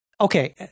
okay